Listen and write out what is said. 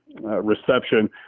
reception